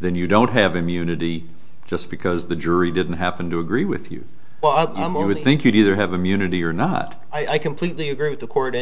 then you don't have immunity just because the jury didn't happen to agree with you more we think you'd either have immunity or not i completely agree with the court